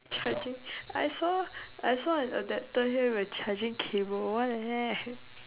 charging I saw I saw an adapter here with charging cable what the heck